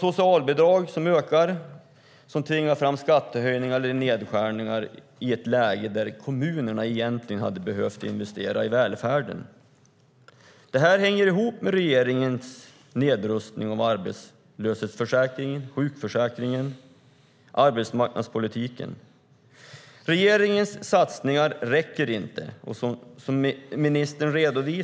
Socialbidragen ökar och tvingar fram skattehöjningar eller nedskärningar i ett läge där kommunerna egentligen hade behövt investera i välfärden. Detta hänger ihop med regeringens nedrustning av arbetslöshetsförsäkringen, sjukförsäkringen och arbetsmarknadspolitiken. Regeringens satsningar räcker inte.